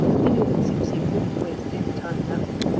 he knew that seep-seep wouldn't waste any time that way.